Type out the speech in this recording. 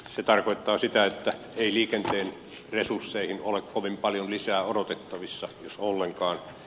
se tarkoittaa sitä että ei liikenteen resursseihin ole kovin paljon lisää odotettavissa jos ollenkaan